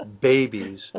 babies